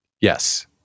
Yes